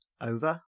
over